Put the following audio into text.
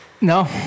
No